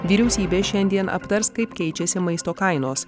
vyriausybė šiandien aptars kaip keičiasi maisto kainos